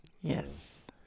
Yes